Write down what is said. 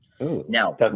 Now